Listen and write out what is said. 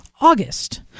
August